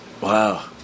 Wow